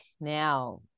now